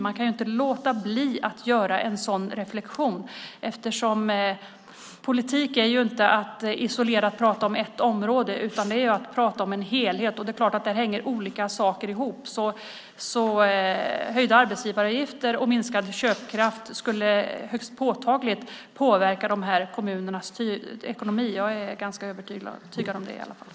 Man kan inte låta bli att göra en sådan reflexion, eftersom politik inte handlar om ett isolerat område utan om en helhet. Och det är klart att olika saker hänger ihop, så höjda arbetsgivaravgifter och minskad köpkraft skulle högst påtagligt påverka de här kommunernas ekonomi. Jag är ganska övertygad om det.